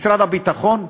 משרד הביטחון,